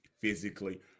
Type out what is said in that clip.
physically